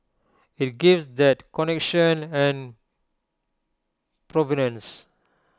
IT gives that connection and provenance